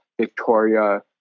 Victoria